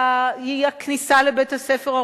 היא הכניסה לבית-הספר,